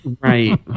Right